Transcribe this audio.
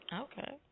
Okay